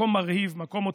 מקום מרהיב, מקום עוצמתי.